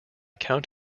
count